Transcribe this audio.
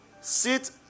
sit